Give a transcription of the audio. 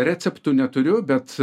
receptų neturiu bet